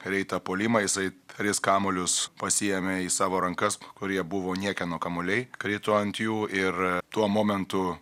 greitą puolimą jisai tris kamuolius pasiėmė į savo rankas kurie buvo niekieno kamuoliai krito ant jų ir tuo momentu